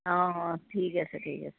অঁ অঁ ঠিক আছে ঠিক আছে